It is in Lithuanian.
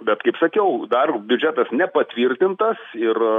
bet kaip sakiau dar biudžetas nepatvirtintas ir